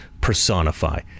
personify